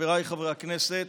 חבריי חברי הכנסת,